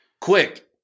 quick